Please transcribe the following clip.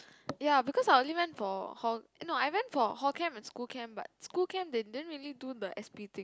ya because I only went for hall eh no I went for hall camp and school camp but school camp they didn't really do the S_B thing